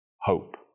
hope